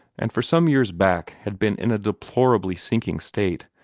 and for some years back had been in a deplorably sinking state,